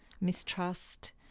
mistrust